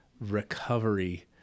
recovery